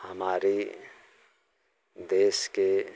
हमारी देश के